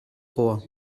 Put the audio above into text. rohr